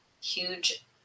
huge